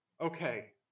okay